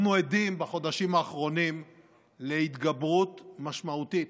אנחנו עדים בחודשים האחרונים להתגברות משמעותית